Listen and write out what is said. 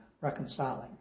reconciling